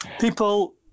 People